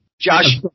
Josh